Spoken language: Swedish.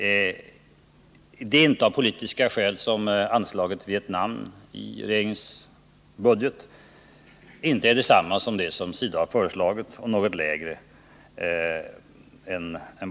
Det är inte av politiska skäl som anslaget till Vietnam i regeringens budget inte är detsamma som SIDA har föreslagit utan något lägre.